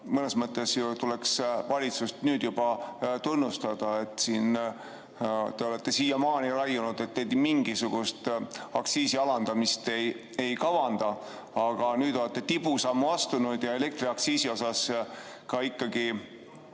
mõnes mõttes ju tuleks valitsust nüüd tunnustada. Te olete siiamaani raiunud, et te mingisugust aktsiisi alandamist ei kavanda, aga nüüd olete tibusammu astunud ja elektriaktsiisi osas juba